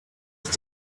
ist